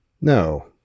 No